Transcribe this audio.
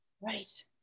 right